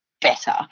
better